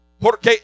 Porque